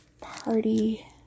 party